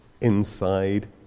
inside